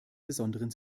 besonderen